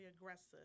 aggressive